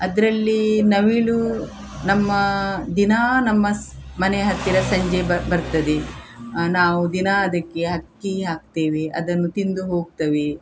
ಅದರಲ್ಲಿ ನವಿಲು ನಮ್ಮ ದಿನ ನಮ್ಮಸ್ ಮನೆ ಹತ್ತಿರ ಸಂಜೆ ಬ ಬರ್ತದೆ ನಾವು ದಿನ ಅದಕ್ಕೆ ಹಕ್ಕಿ ಹಾಕ್ತೇವಿ ಅದನ್ನು ತಿಂದು ಹೋಗ್ತವೆ